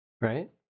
right